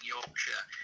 Yorkshire